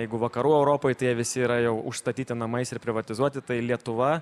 jeigu vakarų europoj tai jie visi yra jau užstatyti namais ir privatizuoti tai lietuva